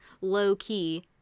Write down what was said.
low-key